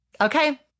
Okay